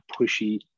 pushy